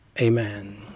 Amen